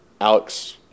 Alex